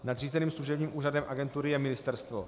Nadřízeným služebním úřadem agentury je ministerstvo.